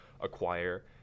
acquire